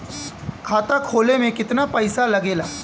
खाता खोले में कितना पैसा लगेला?